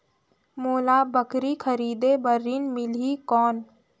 मोला बकरी खरीदे बार ऋण मिलही कौन?